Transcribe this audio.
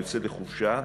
היוצא לחופשה,